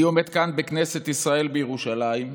אני עומד כאן, בכנסת ישראל בירושלים,